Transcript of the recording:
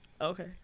Okay